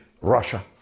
Russia